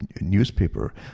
newspaper